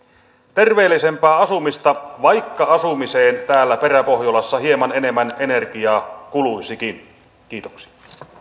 terveellisempää asumista vaikka asumiseen täällä peräpohjolassa hieman enemmän energiaa kuluisikin kiitoksia